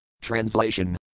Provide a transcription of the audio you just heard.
Translation